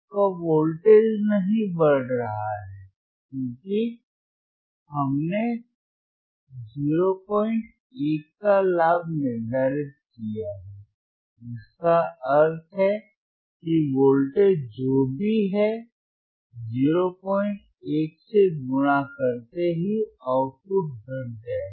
आपका वोल्टेज नहीं बढ़ रहा है क्योंकि हमने 01 का लाभ निर्धारित किया है जिसका अर्थ है कि वोल्टेज जो भी है 01 से गुणा करते ही आउटपुट घट जाएगा